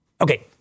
Okay